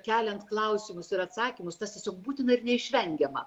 keliant klausimus ir atsakymus tas tiesiog būtina ir neišvengiama